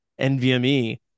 NVMe